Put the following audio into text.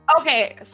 okay